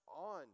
on